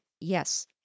Yes